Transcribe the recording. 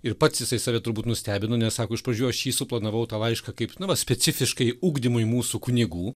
ir pats jisai save turbūt nustebino nes sako iš pradžių aš jį suplanavau tą laišką kaip nu va specifiškai ugdymui mūsų kunigų